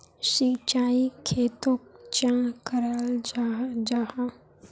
सिंचाई खेतोक चाँ कराल जाहा जाहा?